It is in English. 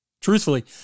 Truthfully